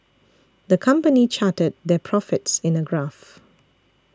the company charted their profits in a graph